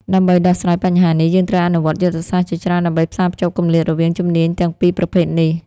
ដើម្បីដោះស្រាយបញ្ហានេះ យើងត្រូវអនុវត្តយុទ្ធសាស្ត្រជាច្រើនដើម្បីផ្សារភ្ជាប់គម្លាតរវាងជំនាញទាំងពីរប្រភេទនេះ។